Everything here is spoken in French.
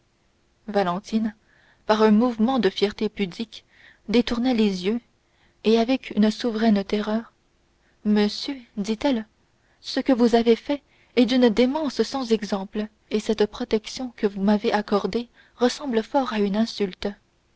valentine par un mouvement de fierté pudique détourna les yeux et avec une souveraine terreur monsieur dit-elle ce que vous avez fait est d'une démence sans exemple et cette protection que vous m'avez accordée ressemble fort à une insulte